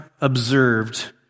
observed